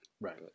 Right